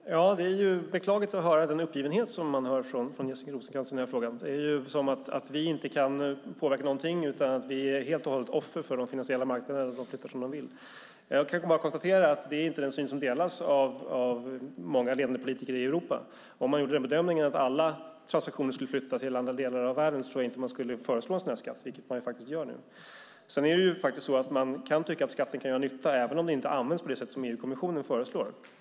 Fru talman! Det är beklagligt att höra den uppgivenhet som man hör från Jessica Rosencrantz i den här frågan. Det är som om vi inte kan påverka någonting utan helt och hållet är offer för de finansiella marknaderna som flyttar som de vill. Jag kan bara konstatera att det inte är en syn som delas av många ledande politiker i Europa. Om de gjorde de bedömningen att alla transaktioner skulle flytta till andra delar av världen tror jag inte att man skulle föreslå en sådan skatt, vilket man faktiskt gör nu. Man kan tycka att skatten kan göra nytta även om den inte används på det sätt som EU-kommissionen föreslår.